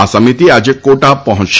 આ સમિતિ આજે કોટા પહોંચશે